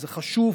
שזה חשוב,